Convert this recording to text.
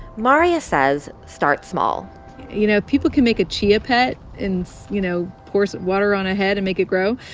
marya says start small you know, people can make a chia pet. it's you know, pour some water on a head, and make it grow.